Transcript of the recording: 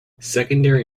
secondary